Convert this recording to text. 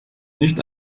nicht